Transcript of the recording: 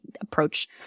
approach